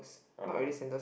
(uh huh)